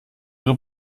ihre